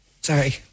Sorry